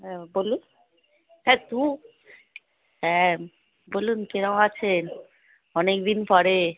হ্যাঁ বলুন হ্যাঁ তু হ্যাঁ বলুন কিরম আছেন অনেকদিন পরে